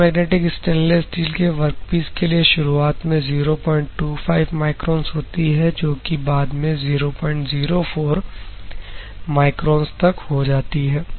ferromagnetic stainless steel के workpiece के लिए शुरुआत में 025 माइक्रोंस होती है जो कि बाद में 004 माइक्रोंस तक हो जाती है